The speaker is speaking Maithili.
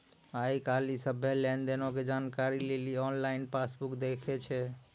आइ काल्हि सभ्भे लेन देनो के जानकारी लेली आनलाइन पासबुक देखै छै